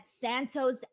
Santos